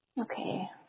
Okay